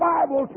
Bible